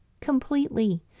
completely